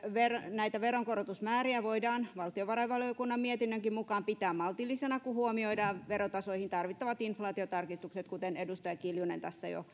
veronkorotusmääriä voidaan valtiovarainvaliokunnan mietinnönkin mukaan pitää maltillisina kun huomioidaan verotasoihin tarvittavat inflaatiotarkistukset kuten edustaja kiljunen tässä jo